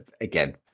again